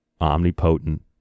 Omnipotent